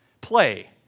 play